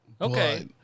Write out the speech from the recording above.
Okay